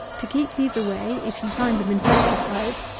to keep these away, if you find them infest the hive,